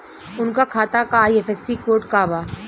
उनका खाता का आई.एफ.एस.सी कोड का बा?